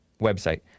website